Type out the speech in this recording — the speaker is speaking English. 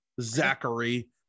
Zachary